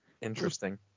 Interesting